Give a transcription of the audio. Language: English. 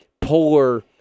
polar